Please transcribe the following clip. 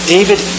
David